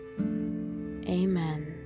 Amen